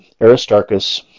Aristarchus